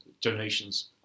donations